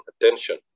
attention